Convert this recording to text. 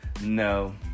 No